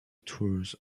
tours